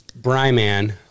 Bryman